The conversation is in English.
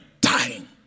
dying